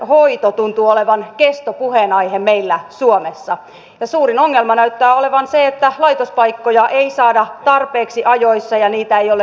vanhustenhoito tuntuu olevan kestopuheenaihe meillä suomessa ja suurin ongelma näyttää olevan se että laitospaikkoja ei saada tarpeeksi ajoissa ja niitä ei ole riittävästi